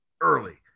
early